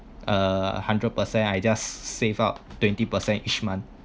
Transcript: a hundred per cent I just save up twenty percent each month